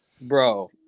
bro